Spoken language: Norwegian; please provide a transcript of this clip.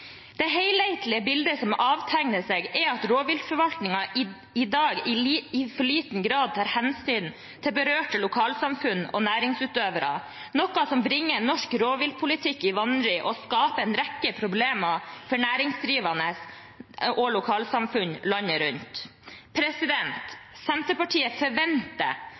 Det helhetlige bildet som avtegner seg, er at rovviltforvaltningen i dag i for liten grad tar hensyn til berørte lokalsamfunn og næringsutøvere, noe som bringer norsk rovviltpolitikk i vanry og skaper en rekke problemer for næringsdrivende og lokalsamfunn landet rundt. Senterpartiet forventer